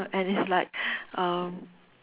and it's like um